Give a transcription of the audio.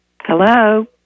Hello